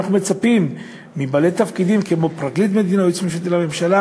ואנחנו מצפים מבעלי תפקידים כמו פרקליט מדינה או יועץ משפטי לממשלה